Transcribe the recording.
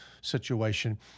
situation